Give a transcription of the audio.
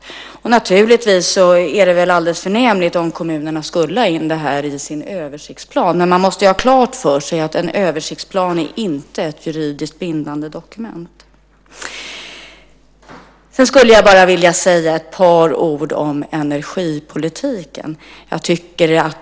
Det är naturligtvis alldeles förnämligt om kommunerna tar in detta i sin översiktsplan, men man måste ha klart för sig att en översiktsplan inte är ett juridiskt bindande dokument. Sedan skulle jag vilja säga ett par ord om energipolitiken.